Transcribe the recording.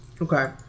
Okay